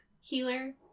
Healer